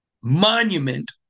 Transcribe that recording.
monument